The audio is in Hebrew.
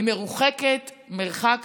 היא מרוחקת מרחק